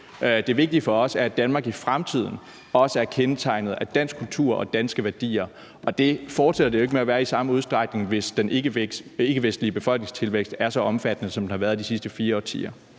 Det vigtige for os er, at Danmark i fremtiden også er kendetegnet ved dansk kultur og danske værdier. Og sådan fortsætter det jo ikke med at være i samme udstrækning, hvis den ikkevestlige befolkningstilvækst er så omfattende, som den har været de sidste 4 årtier.